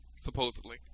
Supposedly